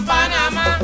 Panama